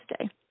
today